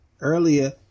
earlier